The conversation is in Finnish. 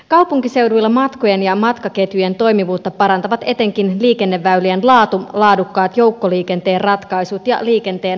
kaupunkiseuduilla matkojen ja matkaketjujen toimivuutta parantavat etenkin liikenneväylien laatu laadukkaat joukkoliikenteen ratkaisut ja liikenteen hallinta